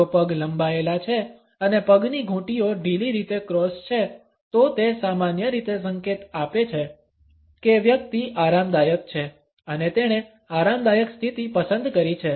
જો પગ લંબાયેલા છે અને પગની ઘૂંટીઓ ઢીલી રીતે ક્રોસ છે તો તે સામાન્ય રીતે સંકેત આપે છે કે વ્યક્તિ આરામદાયક છે અને તેણે આરામદાયક સ્થિતિ પસંદ કરી છે